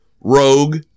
Rogue